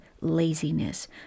laziness